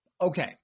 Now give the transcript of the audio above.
okay